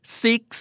six